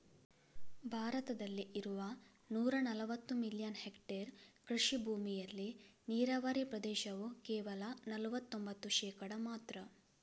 ಭಾರತದಲ್ಲಿ ಇರುವ ನೂರಾ ನಲವತ್ತು ಮಿಲಿಯನ್ ಹೆಕ್ಟೇರ್ ಕೃಷಿ ಭೂಮಿಯಲ್ಲಿ ನೀರಾವರಿ ಪ್ರದೇಶವು ಕೇವಲ ನಲವತ್ತೊಂಭತ್ತು ಶೇಕಡಾ ಮಾತ್ರ